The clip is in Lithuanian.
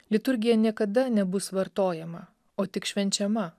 liturgija niekada nebus vartojama o tik švenčiama